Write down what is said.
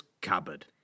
Cupboard